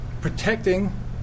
protecting